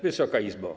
Wysoka Izbo!